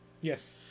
Yes